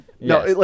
No